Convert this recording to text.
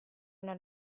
una